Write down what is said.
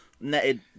netted